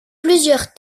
plusieurs